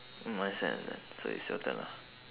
mm understand understand so it's your turn lah